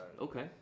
Okay